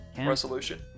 resolution